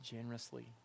generously